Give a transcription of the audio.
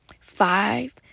five